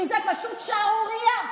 כי זו פשוט שערורייה,